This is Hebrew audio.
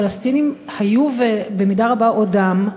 פלסטינים היו, ובמידה רבה עודם,